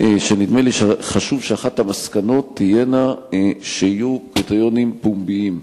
נדמה לי שחשוב שאחת המסקנות תהיה שיהיו קריטריונים פומביים,